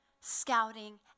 scouting